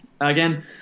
Again